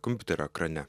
kompiuterio ekrane